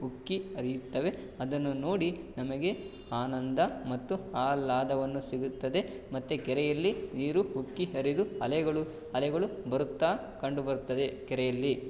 ಉಕ್ಕಿ ಹರಿಯುತ್ತವೆ ಅದನ್ನು ನೋಡಿ ನಮಗೆ ಆನಂದ ಮತ್ತು ಆಹ್ಲಾದವನ್ನು ಸಿಗುತ್ತದೆ ಮತ್ತು ಕೆರೆಯಲ್ಲಿ ನೀರು ಉಕ್ಕಿ ಹರಿದು ಅಲೆಗಳು ಅಲೆಗಳು ಬರುತ್ತಾ ಕಂಡುಬರ್ತದೆ ಕೆರೆಯಲ್ಲಿ